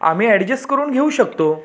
आम्ही ॲडजस करून घेवू शकतो